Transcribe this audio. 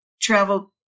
travel